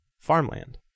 farmland